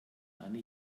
eine